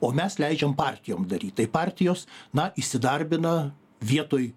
o mes leidžiam partijom daryt tai partijos na įsidarbina vietoj